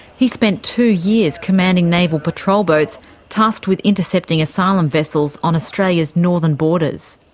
he spent two years commanding naval patrol boats tasked with intercepting asylum vessels on australia's northern borders.